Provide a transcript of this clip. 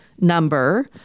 number